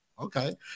okay